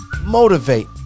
motivate